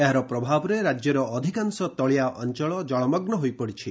ଏହାର ପ୍ରଭାବରେ ରାଜ୍ୟର ଅଧିକାଂଶ ତଳିଆ ଅଞଳ ଜଳମଗୁ ହୋଇପଡ଼ିଛି